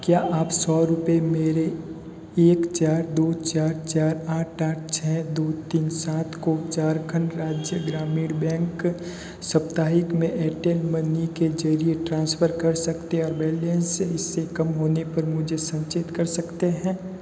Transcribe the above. क्या आप सौ रुपये मेरे एक चार दो चार चार आठ आठ छह दो तीन सात को झारखण्ड राज्य ग्रामीण बैंक साप्ताहिक में एयरटेल मनी के ज़रिए ट्रांसफर कर सकते हैं और बैलेंस इससे कम होने पर मुझे सचेत कर सकते हैं